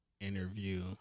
interview